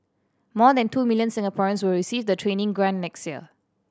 more than two million Singaporeans will receive the training grant next year